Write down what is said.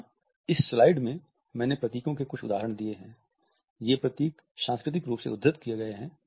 यहाँ इस स्लाइड में मैंने प्रतीकों के कुछ उदाहरण दिए हैं ये प्रतीक सांस्कृतिक रूप से उद्धृत किये गए हैं